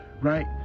Right